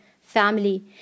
family